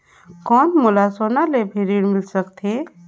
कौन मोला सोना ले भी ऋण मिल सकथे?